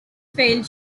failed